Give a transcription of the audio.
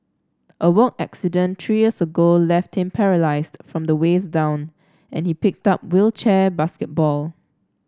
a work accident three years ago left him paralysed from the waist down and he picked up wheelchair basketball